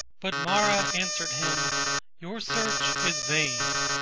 but mara answered him your search is vain.